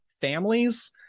families